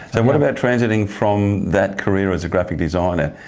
and what about transiting from that career as a graphic designer,